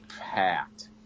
packed